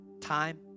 time